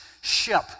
ship